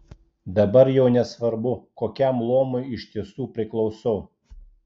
dabar jau nesvarbu kokiam luomui iš tiesų priklausau